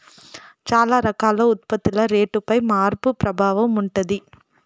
చాలా రకాల ఉత్పత్తుల రేటుపై మార్పు ప్రభావం ఉంటది